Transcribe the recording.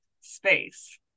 space